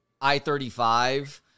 I-35